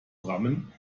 rammen